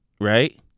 Right